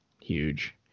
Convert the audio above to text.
huge